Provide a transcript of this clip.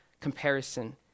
comparison